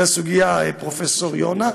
זו הסוגיה, פרופ' יונה.